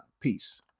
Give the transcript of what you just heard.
Peace